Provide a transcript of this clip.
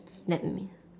let me